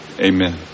Amen